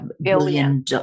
billion